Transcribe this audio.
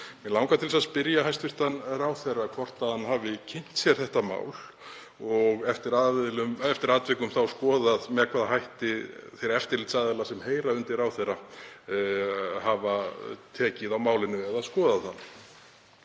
Mig langar til að spyrja hæstv. ráðherra hvort hann hafi kynnt sér þetta mál og eftir atvikum þá skoðað með hvaða hætti þeir eftirlitsaðilar sem heyra undir ráðherra hafa tekið á málinu eða skoðað það.